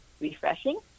refreshing